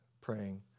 praying